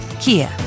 Kia